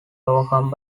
overcome